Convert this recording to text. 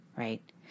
Right